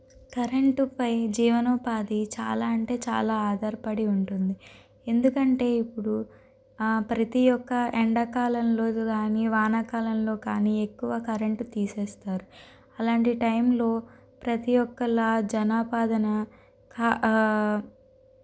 కరెంటుపై జీవనోపాధి చాలా అంటే చాలా ఆధారపడి ఉంటుంది ఎందుకంటే ఇప్పుడు ప్రతి ఒక్క ఎండాకాలంలో కానీ వాన కాలంలో కానీ ఎక్కువ కరెంటు తీసేస్తారు అలాంటి టైం లో ప్రతి ఒక్కల్ల జనాపాదన